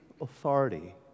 authority